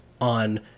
on